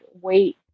wait